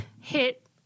hit